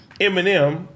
Eminem